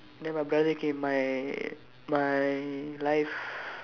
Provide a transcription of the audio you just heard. then my brother came my my life